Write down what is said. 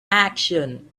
action